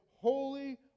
Holy